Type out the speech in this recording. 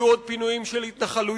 יהיו עוד פינויים של התנחלויות